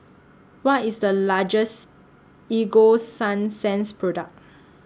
What IS The latest Ego Sunsense Product